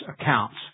accounts